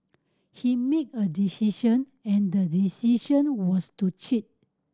he made a decision and the decision was to cheat